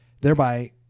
Thereby